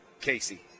Casey